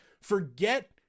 forget